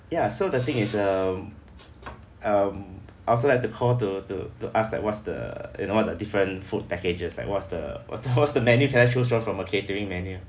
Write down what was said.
ya so the thing is um um I'd also like to call to to to ask like what's the you know what the different food packages like what's the what's the what's the menu can I choose for from a catering menu